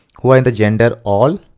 who are in the gender all,